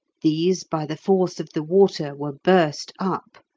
these, by the force of the water, were burst up,